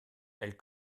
elle